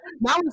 Now